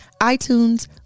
iTunes